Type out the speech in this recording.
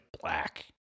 black